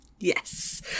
Yes